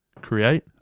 Create